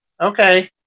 Okay